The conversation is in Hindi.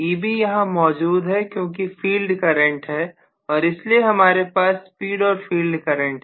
Eb यहां मौजूद है क्योंकि फील्ड करंट है और इसलिए हमारे पास स्पीड और फील्ड करंट है